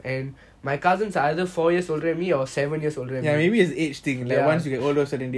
ya maybe it's an age thing once you get older